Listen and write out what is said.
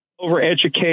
Overeducated